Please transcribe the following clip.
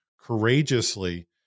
courageously